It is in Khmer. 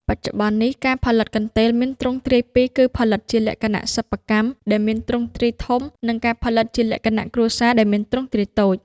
បច្ចុប្បន្ននេះ ការផលិតកន្ទេលមានទ្រង់ទ្រាយពីរ គឺផលិតជាលក្ខណៈសិប្បកម្ម ដែលមានទ្រង់ទ្រាយធំ និងការផលិតជាលក្ខណៈគ្រួសារដែលមានទ្រង់ទ្រាយតូច ។